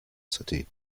city